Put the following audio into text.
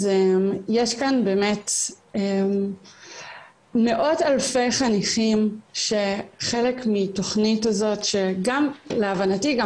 אז יש כאן באמת מאות אלפי חניכים שחלק מתוכנית הזאת שגם להבנתי גם